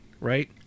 right